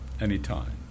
anytime